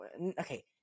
okay